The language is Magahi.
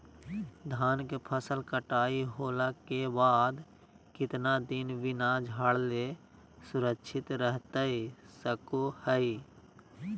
धान के फसल कटाई होला के बाद कितना दिन बिना झाड़ले सुरक्षित रहतई सको हय?